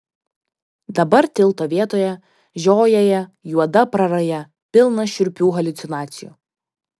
dabar tilto vietoje žiojėja juoda praraja pilna šiurpių haliucinacijų